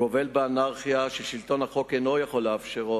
גובל באנרכיה, ושלטון החוק אינו יכול לאפשרו.